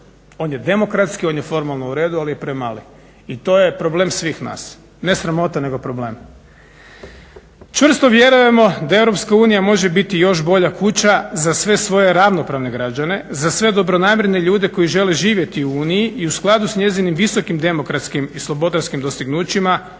On je demokratski, on je formalno u redu ali je premali. I to je problem svih nas, ne sramota nego problem. Čvrsto vjerujemo da EU može biti još bolja kuća za sve svoje ravnopravne građane, za sve dobronamjerne ljude koji žele živjeti u Uniji i u skladu s njezinim visokim, demokratskim i slobodarskim postignućima